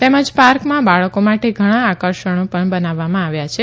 તેમજ પાર્કમાં બાળકો માટે ઘણા આકર્ષણો પણ બનાવવામાં આવ્યા છે